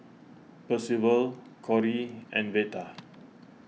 Percival Cori and Veta